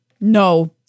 No